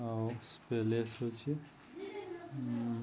ଆଉ ପେଲେସ୍ ହେଉଛି